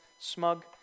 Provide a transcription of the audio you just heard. smug